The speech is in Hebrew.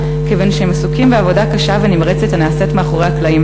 כיוון שהם עסוקים בעבודה קשה ונמרצת הנעשית מאחורי הקלעים: